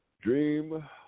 dream